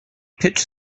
pitched